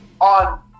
on